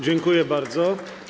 Dziękuję bardzo.